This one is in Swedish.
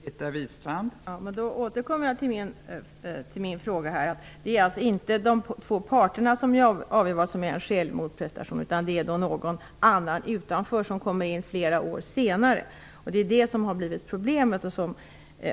Fru talman! Då återkommer jag till min fråga. Det är alltså inte de två parterna som avgör vad som är en skälig motprestation, utan det är någon annan som står utanför och som kommer in flera år senare. Det är detta som har blivit problemet.